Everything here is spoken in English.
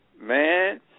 Man